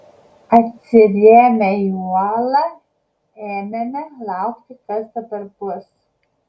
atsirėmę į uolą ėmėme laukti kas dabar bus